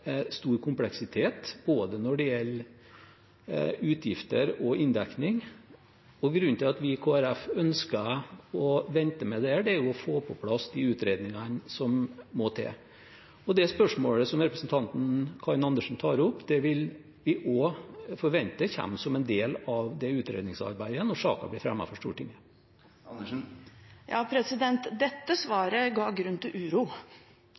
stor kompleksitet både når det gjelder utgifter og inndekning. Grunnen til at vi i Kristelig Folkeparti ønsker å vente med dette, er at vi vil få på plass de utredningene som må til. Det spørsmålet som representanten Karin Andersen tar opp, vil vi også forvente kommer som en del av det utredningsarbeidet når saken blir fremmet for Stortinget. Dette svaret ga grunn til uro,